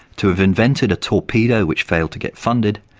to have invented a torpedo which failed to get funded,